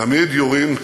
תמיד יורים,